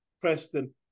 preston